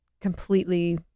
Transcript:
completely